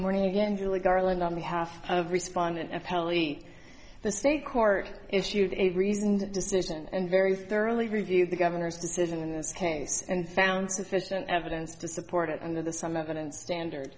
morning again julie garland on the half of responded apparently the state court issued a reasoned decision and very thoroughly reviewed the governor's decision in this case and found sufficient evidence to support it under the some evidence standard